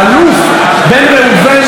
אלוף בן ראובן,